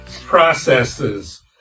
processes